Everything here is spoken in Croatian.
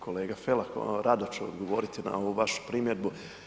Kolega Felak rado ću vam odgovoriti na ovu vašu primjedbu.